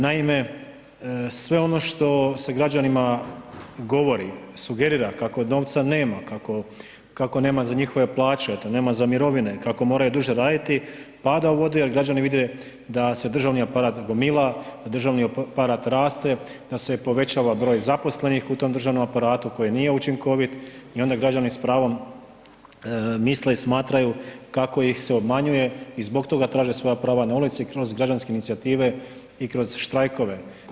Naime, sve ono što se građanima govori, sugerira kako novca nema, kako nema za njihove plaće, kako nema za mirovine, kako moraju duže raditi pada u vodu jer građani da se državni aparat gomila, državni aparat raste, da se povećava broj zaposlenih u tom državnom aparatu koji nije učinkovit i onda građani s pravom misle i smatraju kako ih se obmanjuje i zbog toga traže svoja prava na ulici kroz građanske inicijative i kroz štrajkove.